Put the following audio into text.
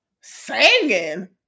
singing